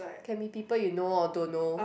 can be people you know or don't know